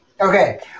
Okay